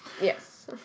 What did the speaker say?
Yes